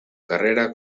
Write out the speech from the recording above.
carrera